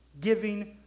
giving